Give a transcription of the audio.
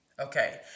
Okay